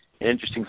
interesting